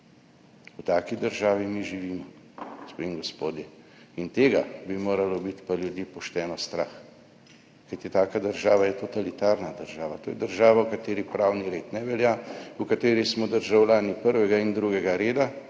V taki državi mi živimo, gospe in gospodje, tega pa bi moralo biti ljudi pošteno strah, kajti taka država je totalitarna država. To je država, v kateri pravni red ne velja, v kateri smo državljani prvega in drugega reda.